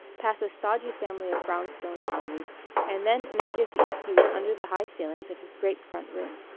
pass a stodgy family of brownstone houses and then in a jiffy he was under the high ceilings of his great front room.